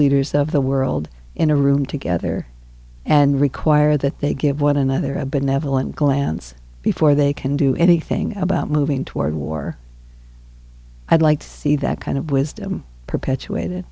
leaders of the world in a room together and require that they give one another a benevolent glance before they can do anything about moving toward war i'd like to see that kind of wisdom perpetuated